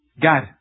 God